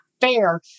fair